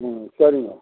ம் சரிங்க